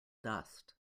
dust